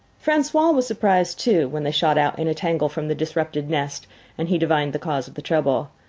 francois was surprised, too, when they shot out in a tangle from the disrupted nest and he divined the cause of the trouble.